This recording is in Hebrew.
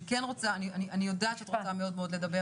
אני יודעת שאת רוצה מאוד לדבר.